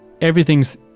Everything's